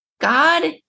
God